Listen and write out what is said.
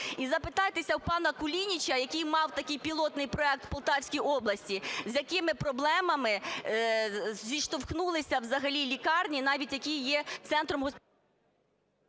І запитайтеся у пана Кулініча, який мав такий пілотний проект у Полтавській області, з якими проблемами зіштовхнулися взагалі лікарні навіть які є центром… ГОЛОВУЮЧИЙ.